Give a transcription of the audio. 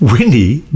Winnie